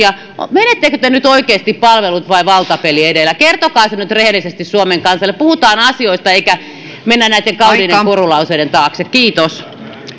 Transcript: menettekö te nyt oikeasti palvelut vai valtapeli edellä kertokaa se nyt rehellisesti suomen kansalle puhutaan asioista eikä mennä näiden kauniiden korulauseiden taakse kiitos